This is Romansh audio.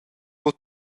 buca